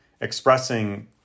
expressing